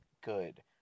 good